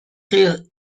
chi